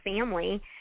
family